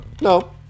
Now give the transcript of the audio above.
no